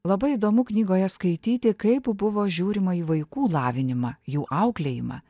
labai įdomu knygoje skaityti kaip buvo žiūrima į vaikų lavinimą jų auklėjimą